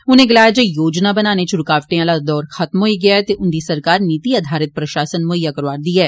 उनें गलाया जे योजना बनाने च रूकावटें आला दौर खत्म होई गेआ ऐ ते उंदी सरकार नीति आधारित प्रशासन मुहैआ करोआ करदी ऐ